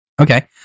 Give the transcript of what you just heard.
Okay